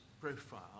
profile